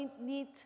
need